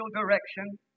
direction